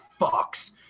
fucks